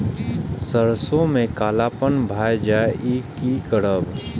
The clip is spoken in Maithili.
सरसों में कालापन भाय जाय इ कि करब?